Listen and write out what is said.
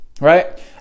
right